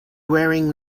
wearing